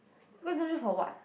go internship for what